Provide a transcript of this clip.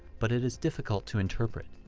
but it is difficult to interpret.